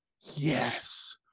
Yes